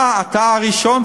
אתה הראשון,